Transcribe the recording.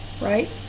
right